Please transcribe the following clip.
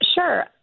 Sure